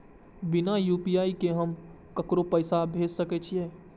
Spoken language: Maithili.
बिना यू.पी.आई के हम ककरो पैसा भेज सके छिए?